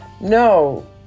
No